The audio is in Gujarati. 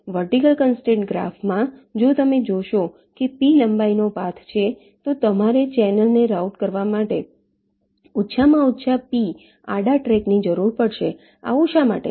વર્ટિકલ કન્સ્ટ્રેંટ ગ્રાફમાં જો તમે જોશો કે p લંબાઈનો પાથ છે તો તમારે ચેનલને રાઉટ કરવા માટે ઓછામાં ઓછા p આડા ટ્રેકની જરૂર પડશે આવું શા માટે છે